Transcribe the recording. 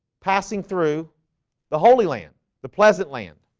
passing through the holy land the pleasant land